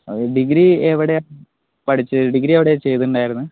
ആ ഡിഗ്രീ എവിടെ പഠിച്ചത് ഡിഗ്രീ എവിടെയാണ് ചെയ്തിട്ടുണ്ടായത്